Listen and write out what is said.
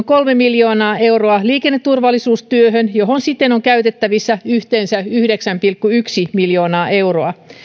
kolme miljoonaa euroa liikenneturvallisuustyöhön johon siten on käytettävissä yhteensä yhdeksän pilkku yksi miljoonaa euroa